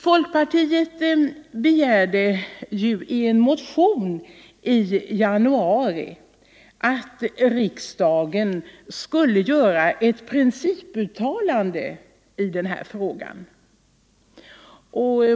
Folkpartiet begärde i en motion i januari att riksdagen skulle göra ett principuttalande i denna fråga.